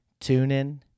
TuneIn